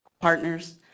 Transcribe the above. partners